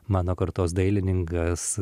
mano kartos dailininkas